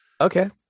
okay